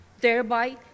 thereby